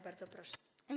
Bardzo proszę.